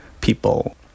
people